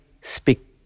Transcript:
speak